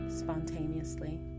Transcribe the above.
Spontaneously